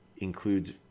includes